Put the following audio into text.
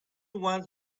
wants